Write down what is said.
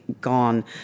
gone